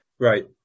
Right